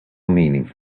meaning